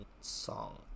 song